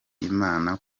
imana